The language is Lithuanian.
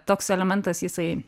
toks elementas jisai